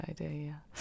idea